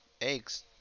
Eggs